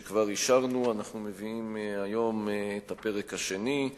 שכבר אישרנו, אנחנו מביאים היום את הפרק השני.